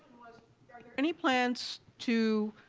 there any plans to